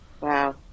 Wow